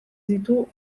ditu